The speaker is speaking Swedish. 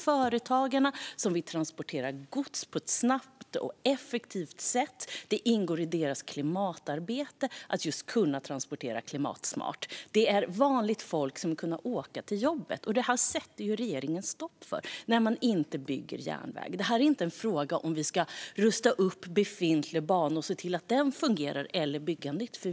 Företagen vill kunna transportera gods på ett snabbt och effektivt sätt. Det ingår i deras klimatarbete att kunna transportera klimatsmart. Dessutom vill vanligt folk kunna åka till jobbet. Men detta sätter regeringen stopp för när man inte bygger järnväg. Det är inte en fråga om att antingen rusta upp befintliga banor så att de fungerar eller bygga nytt.